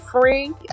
free